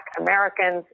Americans